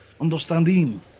understanding